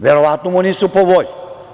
Verovatno mu nisu po volji.